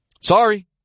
Sorry